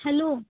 hello